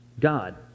God